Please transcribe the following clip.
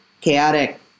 chaotic